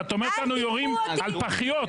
ואת אומרת לנו יורים על פחיות.